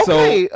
Okay